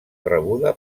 rebuda